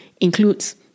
includes